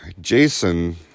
Jason